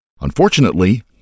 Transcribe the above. Unfortunately